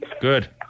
Good